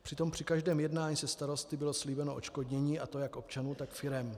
Přitom při každém jednání se starosty bylo slíbeno odškodnění, a to jak občanů, tak firem.